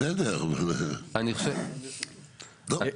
בסדר, טוב.